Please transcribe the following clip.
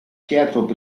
pietro